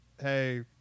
hey